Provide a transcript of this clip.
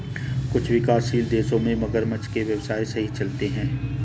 कुछ विकासशील देशों में मगरमच्छ के व्यवसाय सही चलते हैं